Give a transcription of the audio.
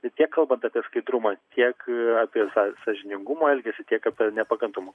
tai tiek kalbant apie skaidrumą tiek apie są sąžiningumo elgesį tiek apie nepakantumą